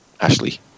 Ashley